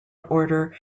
order